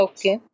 Okay